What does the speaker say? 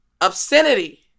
Obscenity